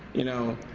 you know,